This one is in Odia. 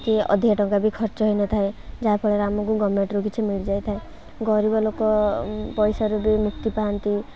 କି ଅଧିକା ଟଙ୍କା ବି ଖର୍ଚ୍ଚ ହୋଇନଥାଏ ଯାହା ଫଳରେ ଆମକୁ ଗଭର୍ଣ୍ଣମେଣ୍ଟ୍ରୁ କିଛି ମିଳିଯାଇଥାଏ ଗରିବ ଲୋକ ପଇସାରୁ ବି ମୁକ୍ତି ପାଆନ୍ତି